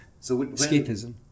escapism